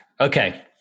Okay